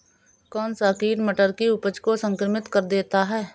कौन सा कीट मटर की उपज को संक्रमित कर देता है?